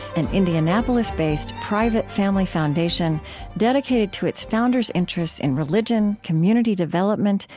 an indianapolis-based, private family foundation dedicated to its founders' interests in religion, community development,